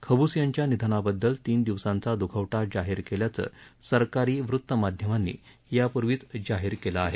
खबूस यांच्या निधनाबद्दल तीन दिवसांचा दुखवटा जाहीर केल्याचं सरकारी वृत्तमाध्यमांनी यापूर्वीच जाहीर केलं आहे